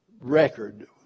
record